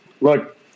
look